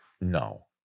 No